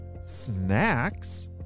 Snacks